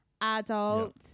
adult